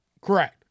Correct